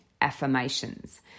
affirmations